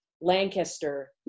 Lancaster